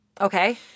Okay